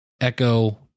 Echo